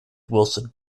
wilson